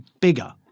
bigger